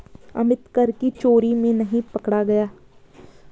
अमित कर की चोरी में नहीं पकड़ा गया